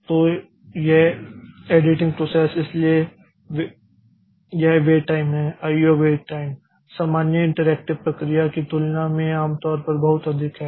तो यह editing process इसलिए यह वेट टाइम है IO वेट टाइम सामान्य इंटरैक्टिव प्रक्रिया की तुलना में आम तौर पर बहुत अधिक है